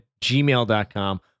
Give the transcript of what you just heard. gmail.com